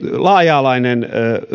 laaja alainen